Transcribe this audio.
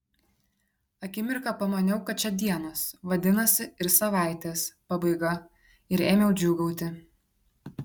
akimirką pamaniau kad čia dienos vadinasi ir savaitės pabaiga ir ėmiau džiūgauti